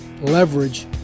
leverage